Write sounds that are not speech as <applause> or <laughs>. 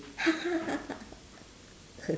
<laughs>